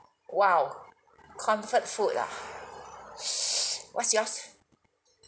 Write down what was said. !wow! comfort food ah what's yours